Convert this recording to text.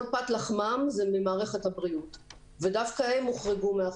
כל פת לחמם היא ממערכת הבריאות ודווקא הם הוחרגו מהחוק.